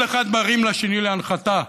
כל אחד מרים לשני להנחתה: